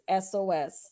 SOS